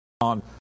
on